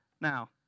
Now